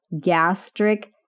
gastric